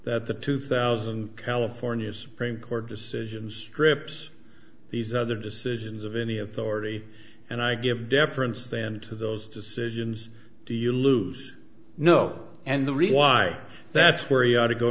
that the two thousand california supreme court decision strips these other decisions of any authority and i give deference them to those decisions do you lose no and the reason why that's where he ought to go